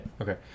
Okay